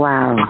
Wow